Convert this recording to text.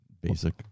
Basic